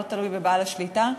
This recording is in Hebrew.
לא תלוי בבעל השליטה.